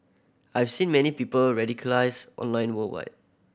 I've seen many people radicalised online worldwide